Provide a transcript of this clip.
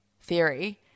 theory